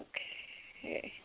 Okay